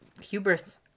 Hubris